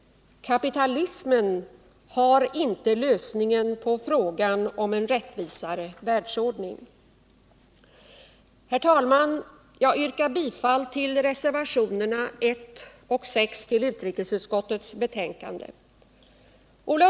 Kapitalismen har inte lösningen på frågan om en rättvisare världsordning. Herr talman! Jag yrkar bifall till reservationerna 1 och 6 till utrikesutskottets betänkande 1978/79:1.